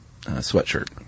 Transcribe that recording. sweatshirt